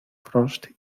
frost